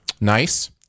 nice